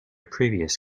previous